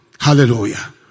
Hallelujah